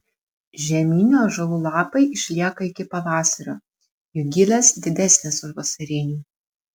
žieminių ąžuolų lapai išlieka iki pavasario jų gilės didesnės už vasarinių